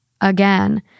Again